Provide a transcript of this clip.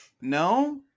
No